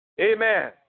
Amen